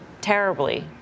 terribly